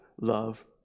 Love